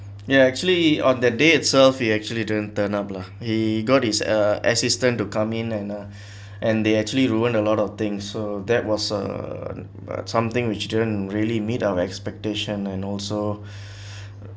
ya actually on that day itself we actually don't turn up lah he got his uh assistance to come in and uh and they actually ruined a lot of things so that was err something which didn't really meet our expectation and also